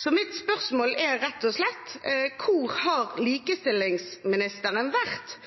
Så mitt spørsmål er rett og slett: Hvor har likestillingsministeren vært